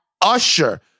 Usher